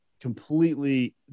completely